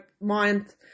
mind